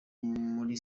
muri